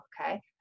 okay